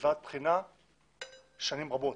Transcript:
בוועדת בחינה שנים רבות.